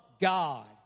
God